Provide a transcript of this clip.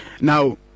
Now